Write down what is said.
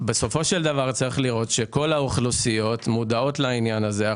צריך לראות שכל האוכלוסיות מודעות לעניין הזה.